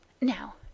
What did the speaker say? Now